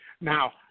now